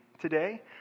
today